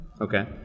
Okay